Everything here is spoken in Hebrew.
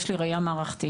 יש לי ראיה מערכתית: